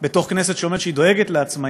בתוך כנסת שאומרת שהיא דואגת לעצמאים,